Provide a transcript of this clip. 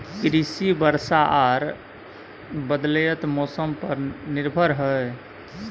कृषि वर्षा आर बदलयत मौसम पर निर्भर हय